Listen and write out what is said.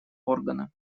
органа